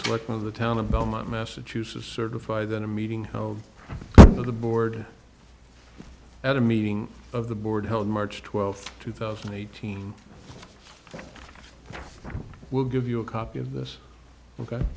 selectmen of the town of belmont massachusetts certify that a meeting of the board at a meeting of the board held in march twelfth two thousand and eighteen will give you a copy of this ok